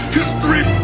History